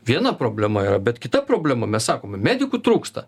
viena problema yra bet kita problema mes sakome medikų trūksta